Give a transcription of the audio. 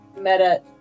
meta